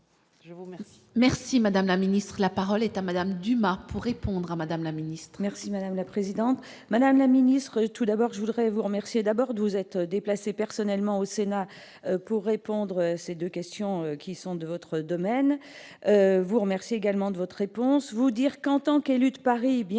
Merci madame la Ministre, la parole est à Madame Dumas pour répondre à Madame la ministre. Merci madame la présidente, madame la ministre, tout d'abord je voudrais vous remercier d'abord de vous être déplacé personnellement au Sénat pour répondre à ces 2 questions qui sont de votre domaine vous remercie également de votre réponse, vous dire qu'en tant qu'élu de Paris, bien